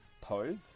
pose